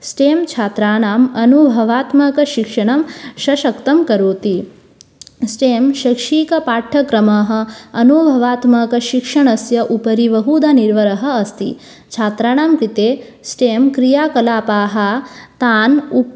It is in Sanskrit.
स्टें छात्राणाम् अनुभवात्मकशिक्षणं सशक्तं करोति स्टें शैक्षिकपाठ्यक्रमाः अनुभवात्मकशिक्षणस्य उपरि बहूधा निर्भरः अस्ति छात्राणां कृते स्टें क्रियाकलापाः तान् उप्